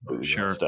sure